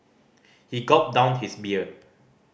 he gulped down his beer